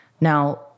Now